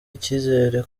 icyizere